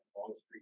Longstreet